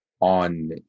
on